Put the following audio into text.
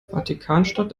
vatikanstadt